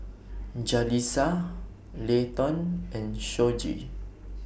Jalisa Leighton and Shoji